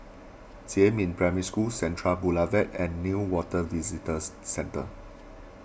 Jiemin Primary School Central Boulevard and Newater Visitors Centre